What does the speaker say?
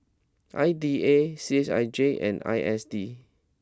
I D A C H I J and I S D